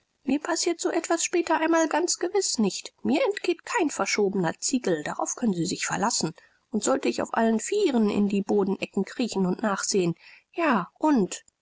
mir passiert so etwas später einmal ganz gewiß nicht mir entgeht kein verschobener ziegel darauf können sie sich verlassen und sollte ich auf allen vieren in die bodenecken kriechen und nachsehen ja und